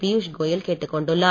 பியூஷ் கோயல் கேட்டுக்கொண்டுள்ளார்